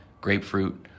grapefruit